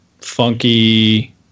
funky